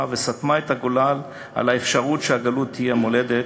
וסתמה את הגולל על האפשרות שהגלות תהיה מולדת.